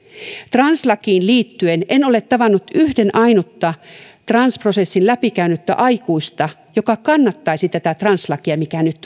translakiin liittyen en ole tavannut yhden ainutta transprosessin läpikäynyttä aikuista joka kannattaisi tätä translakia mikä nyt